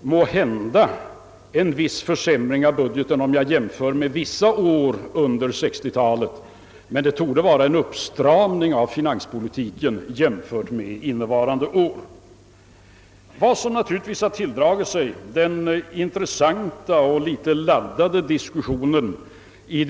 Måhända innebär det en viss försämring av budgeten, om jag jämför med några år under 1960 talet, men det torde betyda en uppstramning av finanspolitiken jämfört med innevarande år. Vad som i det nya budgetutspelet har väckt den intressanta och litet laddade diskussionen är